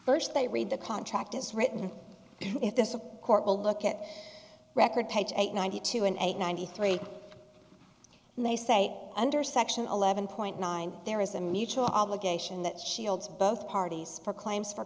first they read the contract as written and if there's a court will look at record page eight ninety two and eight ninety three and they say under section eleven point nine there is a mutual obligation that shields both parties for claims for